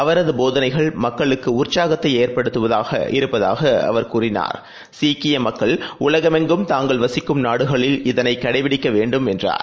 அவரதுபோதனைகள் மக்களுக்குஉற்சாகத்தைஏற்படுத்துவதாக இருப்பதாகஅவர் கூறினார் சீக்கியமக்கள் உலகமெங்கும் தாங்கள் வசிக்கும் நாடுகளில் இதனைகடைபிடிக்கவேண்டும் என்றார்